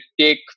take